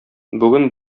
бүген